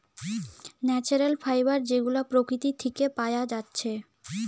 natural fibre যেগুলা প্রকৃতি থিকে পায়া যাচ্ছে